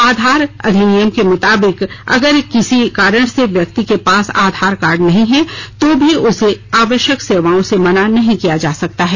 आधार अधिनियम के मुताबिक अगर किसी कारण से व्यक्ति के पास आधार कार्ड नहीं है तो भी उसे आवश्यक सेवाओं से मना नहीं किया जा सकता है